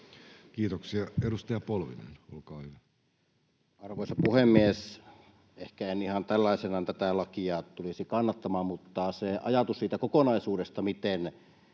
Kiitoksia. — Edustaja Polvinen, olkaa hyvä. Arvoisa puhemies! Ehkä en ihan tällaisenaan tätä lakia tulisi kannattamaan, mutta siihen kokonaisuuteen, miten